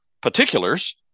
particulars